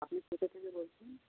আপনি কোথা থেকে বলছেন